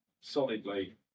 solidly